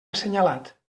assenyalat